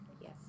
Yes